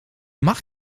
mag